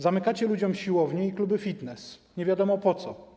Zamykacie ludziom siłownie i kluby fitness, nie wiadomo po co.